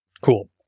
Cool